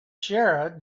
sarah